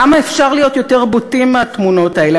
כמה אפשר להיות יותר בוטים מהתמונות האלה?